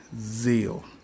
zeal